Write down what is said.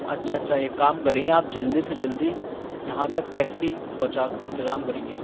اچھا اچھا ایک کام کریں گے آپ جلدی سے جلدی یہاں تک ٹیکسی پہنچا کر انتظام کریں گے